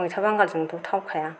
मैथा बांगालजोंथ' थावखाया